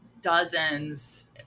dozens